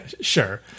Sure